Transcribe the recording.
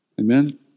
Amen